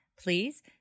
Please